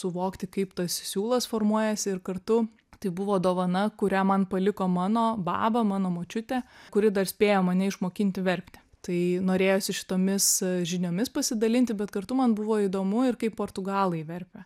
suvokti kaip tas siūlas formuojasi ir kartu tai buvo dovana kurią man paliko mano baba mano močiutė kuri dar spėjo mane išmokinti verpti tai norėjosi šitomis žiniomis pasidalinti bet kartu man buvo įdomu ir kaip portugalai verpia